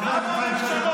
כמה ממשלות,